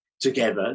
together